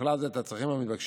ובכלל זה את הצרכים המתבקשים.